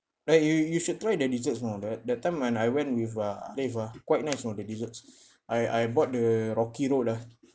right you you you should try the desserts you know the that time when I went with uh dave ah quite nice you know the desserts I I bought the rocky road ah